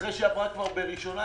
אחרי שהיא עברה כבר בקריאה ראשונה,